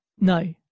No